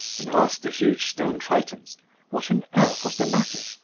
and asked the huge stone tritons what on earth was the matter.